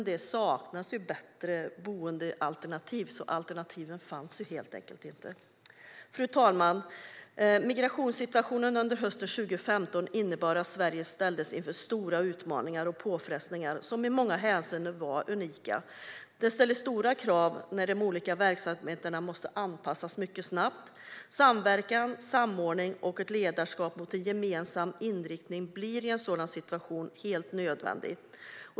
Det saknades dock bättre boendealternativ. Det fanns helt enkelt inga alternativ. Riksrevisionens rapport om lärdomar av flyktingsituationen hösten 2015 Fru talman! Migrationssituationen hösten 2015 innebar att Sverige ställdes inför stora utmaningar och påfrestningar som i många hänseenden var unika. Det ställs stora krav när olika verksamheter måste anpassas mycket snabbt. Samverkan, samordning och ett ledarskap för en gemensam inriktning blir i en sådan situation helt nödvändiga.